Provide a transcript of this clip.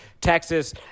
Texas